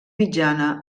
mitjana